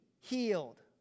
healed